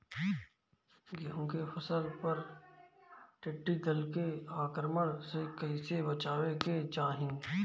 गेहुँ के फसल पर टिड्डी दल के आक्रमण से कईसे बचावे के चाही?